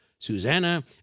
Susanna